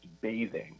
bathing